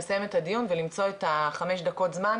לסיים את הדיון ולמצוא את החמש דקות זמן